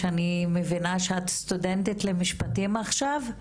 שאני מבינה שאת סטודנטית למשפטים עכשיו?